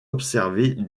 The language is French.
observer